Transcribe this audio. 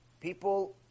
People